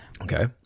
Okay